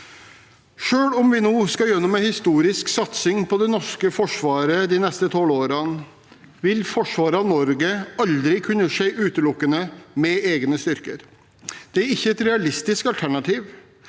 Selv om vi nå skal gjennom en historisk satsing på det norske forsvaret de neste tolv årene, vil forsvar av Norge aldri kunne skje utelukkende med egne styrker. Det er ikke et realistisk alternativ.